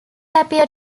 appear